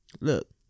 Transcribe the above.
look